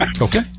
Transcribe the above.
Okay